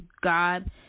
God